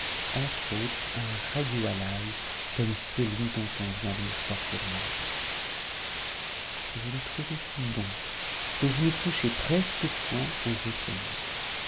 entre autres un ragoût à l'ail comme celui dont on vient de me forcer de manger je le trouvai si bon que je ne touchai presque point aux autres mets